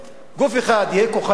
גוף אחד יהיה כוחני,